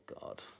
God